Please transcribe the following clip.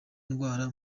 ndwara